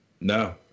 No